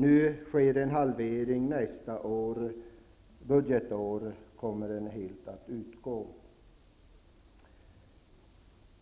Nu sker det en halvering av avgiften, nästa budgetår kommer den att helt utgå.